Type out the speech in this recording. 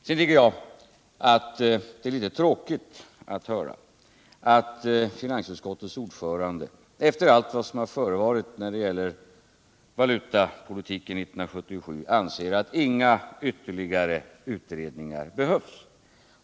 Sedan tycker jag att det är litet tråkigt att höra att finansutskottets ordförande efter allt vad som har förevarit när det gäller valutapolitiken 1977 anser att inga ytterligare utredningar behövs.